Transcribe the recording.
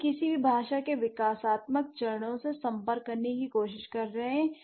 हम किसी भी भाषा के विकासात्मक चरणों से संपर्क करने की कोशिश कर रहे हैं